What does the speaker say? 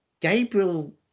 Gabriel